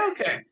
okay